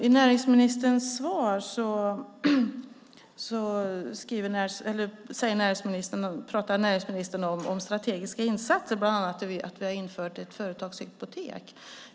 I sitt svar pratar näringsministern om strategiska insatser, bland annat att företagshypotek har införts.